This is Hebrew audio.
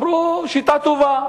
אמרו: שיטה טובה.